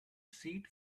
seat